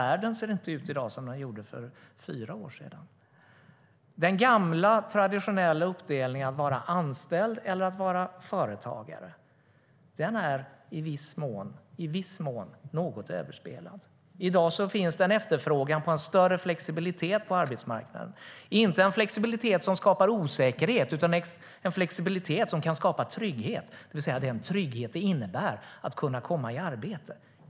Världen ser inte ut i dag som den gjorde för fyra år sedan. Den gamla, traditionella uppdelningen att vara anställd eller att vara företagare är i viss mån något överspelad. I dag finns det en efterfrågan på större flexibilitet på arbetsmarknaden - inte en flexibilitet som skapar osäkerhet utan en flexibilitet som kan skapa trygghet, det vill säga den trygghet det innebär att kunna komma i arbete.